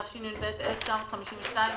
התשי"ב-1952,